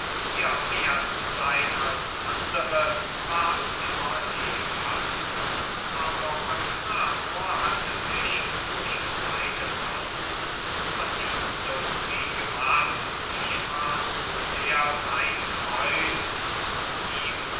ihr mehr zu seyn als andere ward immer lebhafter aber eufranor hatte sich durch seine kunst verdienste um sie gemacht und ich war zu sehr sein freund um ihm